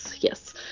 yes